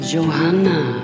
Johanna